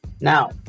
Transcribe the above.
Now